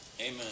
Amen